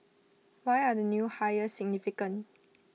why are the new hires significant